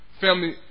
Family